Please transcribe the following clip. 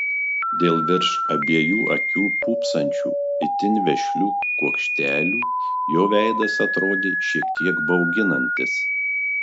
dėl virš abiejų akių pūpsančių itin vešlių kuokštelių jo veidas atrodė šiek tiek bauginantis